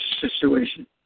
situation